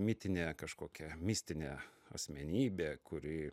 mitinė kažkokia mistinė asmenybė kuri